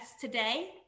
today